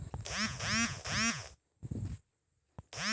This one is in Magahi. मुई नया डेबिट कार्ड एर तने आवेदन कुंसम करे करूम?